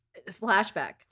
Flashback